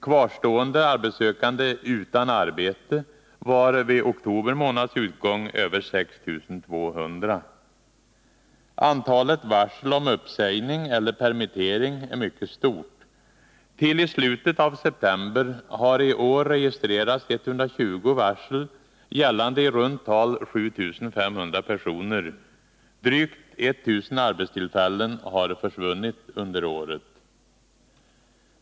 Kvarstående arbetssökande utan arbete var vid oktober månads utgång över 6 200. Antalet varsel om uppsägning eller permittering är mycket stort. Till i slutet av september har i år registrerats 120 varsel gällande i runt tal 7 500 personer. Drygt 1000 arbetstillfällen har försvunnit under året.